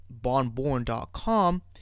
bonborn.com